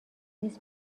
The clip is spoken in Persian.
نیز